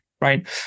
Right